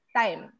time